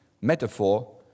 metaphor